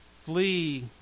flee